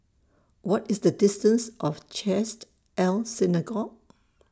What IS The distance of Chesed El Synagogue